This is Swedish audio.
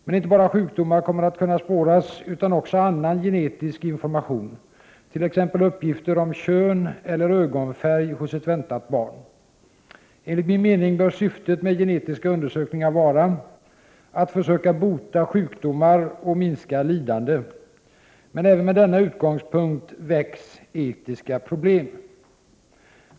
Men inte bara sjukdomar kommer att kunna spåras utan också annan genetisk information, t.ex. uppgifter om kön eller ögonfärg hos ett väntat barn. Enligt min mening bör syftet med genetiska undersökningar vara att försöka bota sjukdomar och minska lidande. Men även med denna utgångspunkt väcks etiska problem.